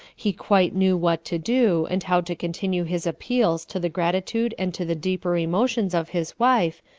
he quite knew what to do, and how to continue his appeals to the gratitude and to the deeper emotions of his wife,